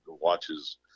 watches